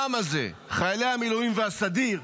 העם הזה, חיילי המילואים והסדיר,